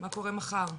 מה קורה מחר?